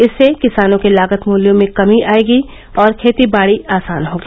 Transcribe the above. इससे किसानों के लागत मूल्यों में कमी आएगी और खेती बाड़ी आसान होगी